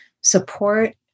support